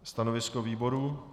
Stanovisko výboru?